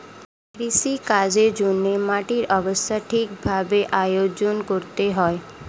কৃষিকাজের জন্যে মাটির অবস্থা ঠিক ভাবে আয়োজন করতে হয়